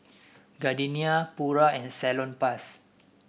Gardenia Pura and Salonpas